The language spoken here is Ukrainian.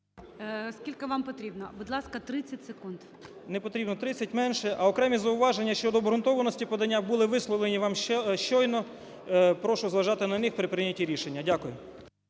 Скільки вам потрібно? Будь ласка 30 секунд. ПИНЗЕНИК П.В. Не потрібно 30, менше. А окремі зауваження щодо обґрунтованості подання були висловлені вам щойно, прошу зважати на них при прийнятті рішення. Дякую.